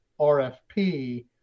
RFP